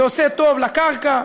זה עושה טוב לקרקע,